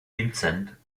vincent